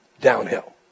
Downhill